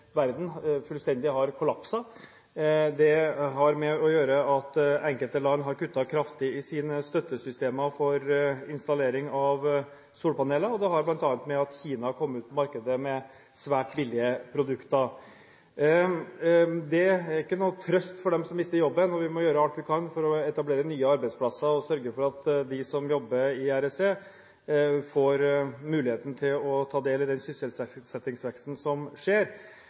verden fullstendig har kollapset. Det har å gjøre med at enkelte land har kuttet kraftig i sine støttesystemer for installering av solpaneler, og det har bl.a. å gjøre med at Kina kom på markedet med svært billige produkter. Dette er ingen trøst for dem som mister jobben, og vi må gjøre alt vi kan for å etablere nye arbeidsplasser og sørge for at de som jobber i REC, får muligheten til å ta del i den sysselsettingsveksten som skjer.